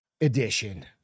edition